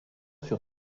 sur